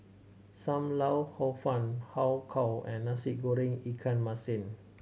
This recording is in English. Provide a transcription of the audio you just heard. Sam Lau Hor Fun Har Kow and Nasi Goreng ikan masin